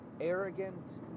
arrogant